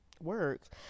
works